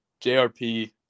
JRP